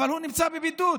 אבל הוא נמצא בבידוד,